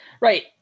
Right